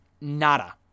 nada